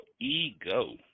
Ego